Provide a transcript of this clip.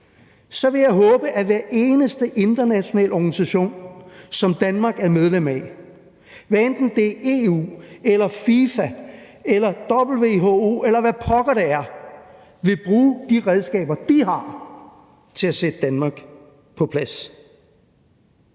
så ville jeg håbe, at hver eneste af de internationale organisationer, som Danmark er medlem af, hvad enten det er EU eller FIFA eller WHO, eller hvad pokker det er, ville bruge de redskaber, som de har, til at sætte Danmark på plads.